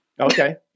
Okay